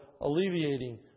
alleviating